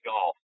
Golf